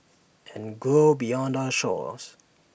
and grow beyond our shores